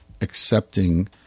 accepting